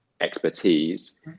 expertise